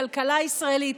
הכלכלה הישראלית,